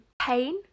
pain